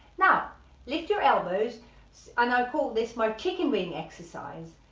now lift your elbows and i call this my chicken wing exercise,